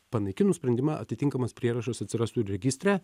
panaikinus sprendimą atitinkamas prierašas atsirastų registre